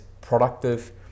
productive